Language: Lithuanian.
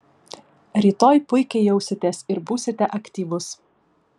rytoj puikiai jausitės ir būsite aktyvus